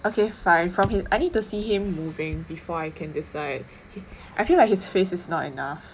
okay fine from him I need to see him moving before I can decide I feel like his face is not enough